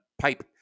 pipe